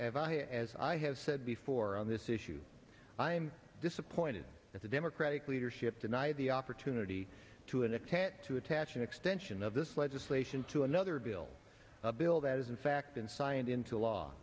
and i as i have said before on this issue i am disappointed that the democratic leadership denied the opportunity to an extent to attach an extension of this legislation to another bill a bill that is in fact in science into law